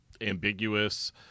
ambiguous